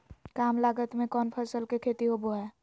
काम लागत में कौन फसल के खेती होबो हाय?